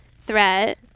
threat